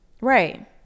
Right